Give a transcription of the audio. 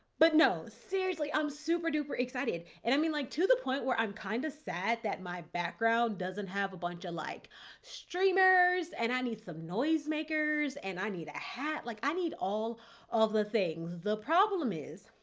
but no, seriously, i'm super duper excited and i mean like to the point where i'm kind of sad that my background doesn't have a bunch of like streamers and i need some noisemakers and i need a hat. like i need all the things. the problem is.